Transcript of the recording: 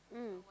mm